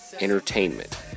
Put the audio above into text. Entertainment